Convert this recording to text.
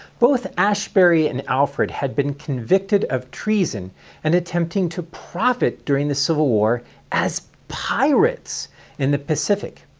both asbury and alfred had been convicted of treason and attempting to profit during the civil war as pirates in the pacific.